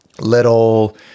little